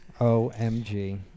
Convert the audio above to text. OMG